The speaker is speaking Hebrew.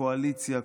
קואליציה,